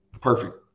perfect